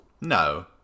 No